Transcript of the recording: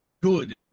good